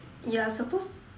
you are supposed to